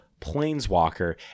Planeswalker